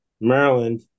Maryland